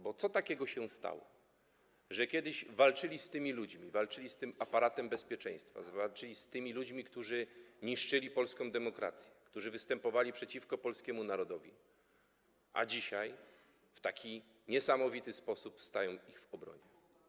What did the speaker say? Bo co takiego się stało, że kiedyś walczyli z tymi ludźmi, walczyli z tym aparatem bezpieczeństwa, walczyli z ludźmi, którzy niszczyli polską demokrację, którzy występowali przeciwko polskiemu narodowi, a dzisiaj w taki niesamowity sposób stają w ich obronie?